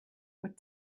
what